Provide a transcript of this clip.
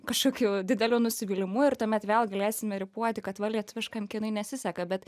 kažkokiu dideliu nusivylimu ir tuomet vėl galėsime rypuoti kad va lietuviškam kinui nesiseka bet